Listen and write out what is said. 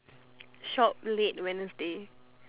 shop late wednesday